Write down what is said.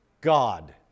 God